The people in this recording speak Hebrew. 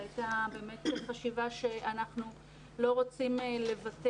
זו הייתה באמת חשיבה שאנחנו לא רוצים לוותר.